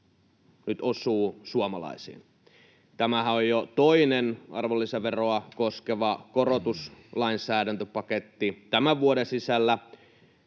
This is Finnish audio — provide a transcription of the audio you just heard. nyt osuu suomalaisiin. Tämähän on jo toinen arvonlisäveroa koskeva korotuslainsäädäntöpaketti tämän vuoden sisällä.